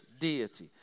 deity